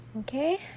Okay